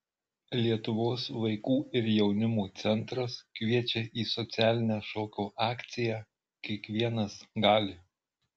lietuvos vaikų ir jaunimo centras kviečia į socialinę šokio akciją kiekvienas gali